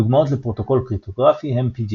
דוגמאות לפרוטוקול קריפטוגרפי הן TLS,